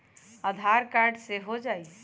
आधार card से हो जाइ?